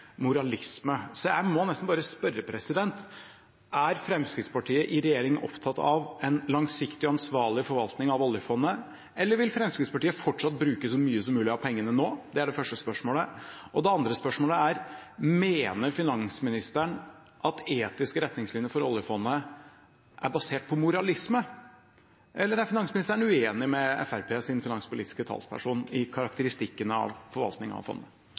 Jeg må nesten bare spørre: Er Fremskrittspartiet i regjering opptatt av en langsiktig og ansvarlig forvaltning av oljefondet, eller vil Fremskrittspartiet fortsatt bruke så mye som mulig av pengene nå? Det er det første spørsmålet. Det andre spørsmålet er: Mener finansministeren at etiske retningslinjer for oljefondet er basert på moralisme, eller er finansministeren uenig med Fremskrittspartiets finanspolitiske talsperson i karakteristikken av forvaltningen av fondet?